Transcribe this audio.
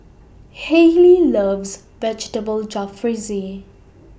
Hailey loves Vegetable Jalfrezi